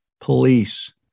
police